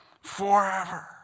Forever